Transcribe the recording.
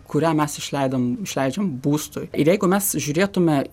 kurią mes išleidom išleidžiam būstui ir jeigu mes žiūrėtume